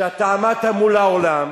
שאתה עמדת מול העולם